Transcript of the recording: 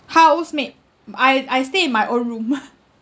housemate I I stay in my own room